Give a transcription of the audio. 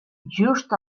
just